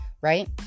right